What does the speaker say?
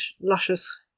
luscious